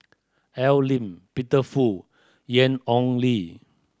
Al Lim Peter Fu Ian Ong Li